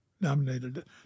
nominated